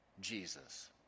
Jesus